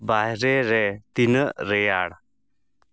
ᱵᱟᱨᱦᱮ ᱨᱮ ᱛᱤᱱᱟᱹᱜ ᱨᱮᱭᱟᱲ